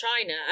china